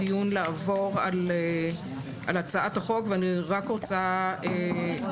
אני מנסה תוך כדי הדיון לעבור על הצעת החוק ואני רוצה רק לברר.